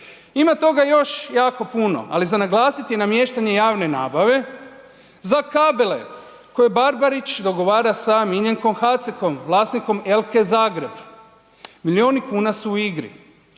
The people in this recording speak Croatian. Ima toga još jako puno ali za naglasiti je za namještanje javne nabave za kabele koje Barbarić dogovara sa Miljenkom Hacekom vlasnikom Elke Zagreb. Milijun i kuna su u igri.